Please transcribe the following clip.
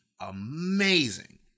amazing